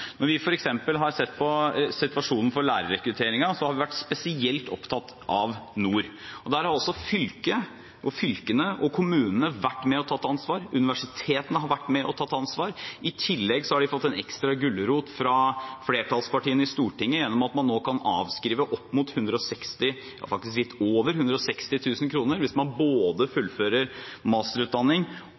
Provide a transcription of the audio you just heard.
Når vi f.eks. har sett på situasjonen for lærerrekrutteringen, har vi vært spesielt opptatt av nord. Der har altså fylkene og kommunene vært med og tatt ansvar, universitetene har vært med og tatt ansvar. I tillegg har de fått en ekstra gulrot fra flertallspartiene i Stortinget ved at man nå kan avskrive faktisk litt over 160 000 kr hvis man både fullfører en masterutdanning,